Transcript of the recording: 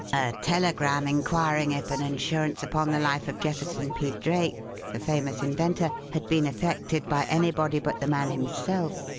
a telegram inquiring if an insurance upon the life of jefferson p. drake, the famous inventor, had been effected by anybody but the man himself,